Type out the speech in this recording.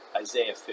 isaiah